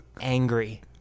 angry